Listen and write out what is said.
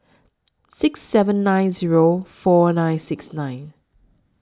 six seven nine Zero four nine six nine